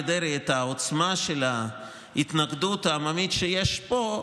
דרעי את העוצמה של ההתנגדות העממית שיש פה,